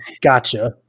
gotcha